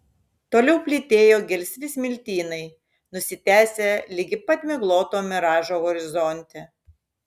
toliau plytėjo gelsvi smiltynai nusitęsę ligi pat migloto miražo horizonte